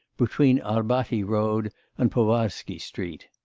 between arbaty road and povarsky street.